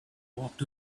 walked